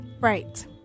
right